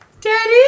Daddy